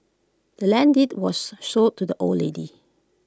the land's deed was sold to the old lady